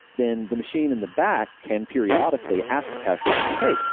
then the machine in the back can periodically ask the cash registers, hey,